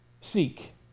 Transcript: seek